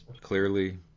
clearly